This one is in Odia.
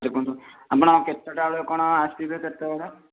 ଦେଖନ୍ତୁ ଆପଣ କେତେଟା ବେଳେ କ'ଣ ଆସିବେ କେତେ ଜଣ